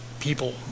people